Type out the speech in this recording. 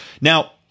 Now